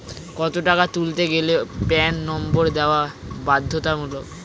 কত টাকা তুলতে গেলে প্যান নম্বর দেওয়া বাধ্যতামূলক?